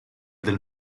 del